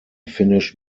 finished